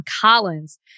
Collins